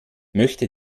möchte